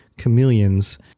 chameleons